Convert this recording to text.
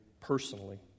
personally